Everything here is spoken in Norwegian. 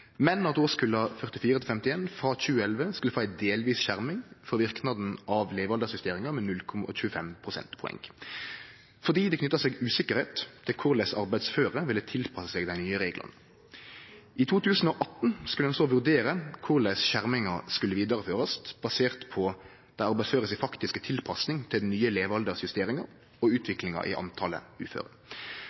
men at årskulla 1944–1951 frå 2011 skulle få ei delvis skjerming for verknaden av levealdersjusteringa med 0,25 pst. fordi det knytte seg uvisse til korleis arbeidsføre ville tilpasse seg dei nye reglane. I 2018 skulle ein så vurdere korleis skjerminga skulle vidareførast, basert på dei arbeidsføre si faktisk tilpassing til den nye levealdersjusteringa og utviklinga i talet på uføre.